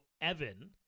Evan